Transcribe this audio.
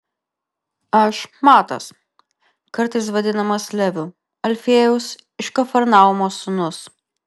aš matas kartais vadinamas leviu alfiejaus iš kafarnaumo sūnus